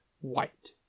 white